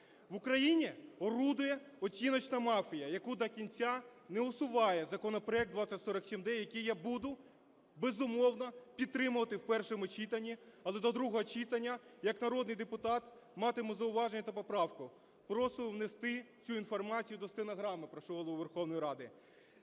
В Україні орудує оціночна мафія, яку до кінця не усуває законопроект 2047-д, який я буду, безумовно, підтримувати в першому читанні, але до другого читання як народний депутат матиму зауваження та поправку. Прошу внести цю інформацію до стенограми. Прошу Голову Верховної Ради: